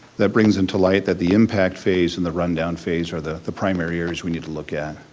that brings into light that the impact phase and the rundown phase are the the primary areas we need to look at.